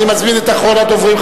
אני מזמין את אחרון הדוברים,